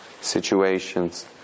situations